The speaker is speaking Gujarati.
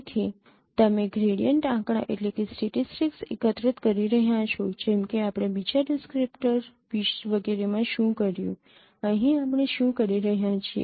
તેથી તમે ગ્રેડિયન્ટ આંકડા એકત્રિત કરી રહ્યાં છો જેમ કે આપણે બીજા ડિસ્ક્રિપ્ટર વગેરેમાં શું કર્યું પરંતુ અહીં આપણે શું કરી રહ્યા છીએ